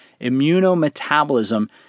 Immunometabolism